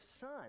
son